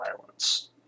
violence